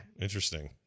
interesting